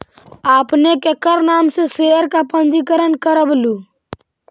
आपने केकर नाम से शेयर का पंजीकरण करवलू